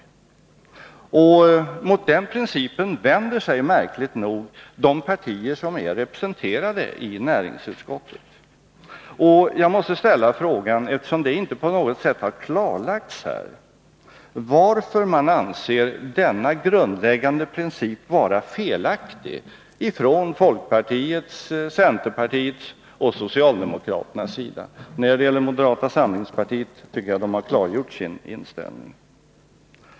Mot denna princip vänder sig märkligt nog de partier som är representerade i näringsutskottet. Eftersom det inte på något sätt har klarlagts här måste jag fråga: Varför anser folkpartiet, centerpartiet och socialdemokraterna denna grundläggande princip vara felaktig? Moderata samlingspartiet har klargjort sin inställning.